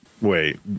Wait